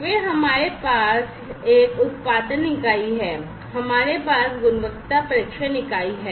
फिर हमारे पास यह एक उत्पादन इकाई है हमारे पास गुणवत्ता परीक्षण इकाई है